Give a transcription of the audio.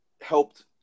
helped